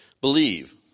Believe